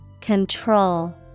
Control